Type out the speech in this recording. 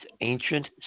ancient